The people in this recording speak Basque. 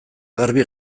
garbi